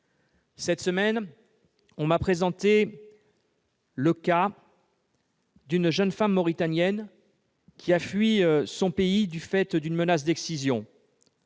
Cette semaine, on m'a présenté le cas d'une jeune femme mauritanienne ayant fui son pays du fait d'une menace d'excision.